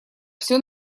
всё